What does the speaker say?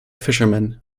fisherman